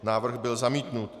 Návrh byl zamítnut.